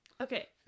okay